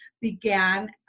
began